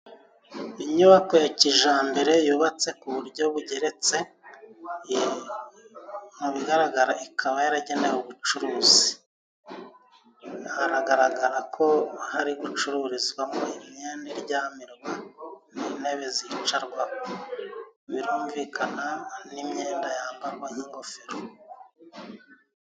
Inyubako ya kijambere yubatse ku buryo bugeretse, mu bigaragara ikaba yaragenewe ubucuruzi .Haragaragara ko hari gucururizwamo imyenda iryamirwa, intebe zicarwaho, birumvikana n'imyenda yambarwa nk'ingofero.